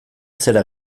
zera